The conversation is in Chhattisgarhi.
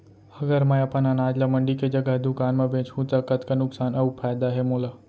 अगर मैं अपन अनाज ला मंडी के जगह दुकान म बेचहूँ त कतका नुकसान अऊ फायदा हे मोला?